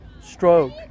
stroke